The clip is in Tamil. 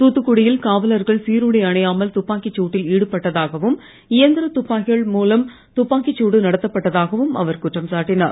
தூத்துக்குடி யில் காவலர்கள் சிருடை அணியாமல் துப்பாக்கிச் தட்டில் ஈடுபட்டதாகவும் இயந்திர துப்பாக்கிகள் மூலம் துப்பாக்கிச்தடு நடத்தப்பட்டதாகவும் அவர் குற்றம் சாட்டிஞர்